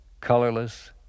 colorless